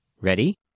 Ready